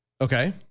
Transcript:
Okay